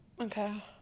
Okay